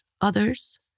others